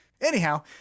Anyhow